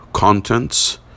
Contents